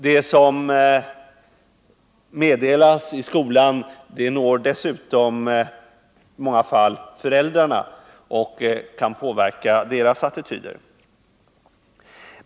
Det som meddelas i skolan når dessutom i många fall föräldrarna och kan påverka deras attityder.